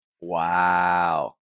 Wow